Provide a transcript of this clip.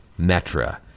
Metra